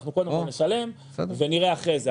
אנחנו קודם כול נשלם ונראה אחרי כן,